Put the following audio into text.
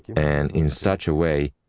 and in such a way,